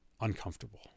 uncomfortable